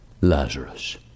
Lazarus